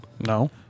No